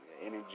Energy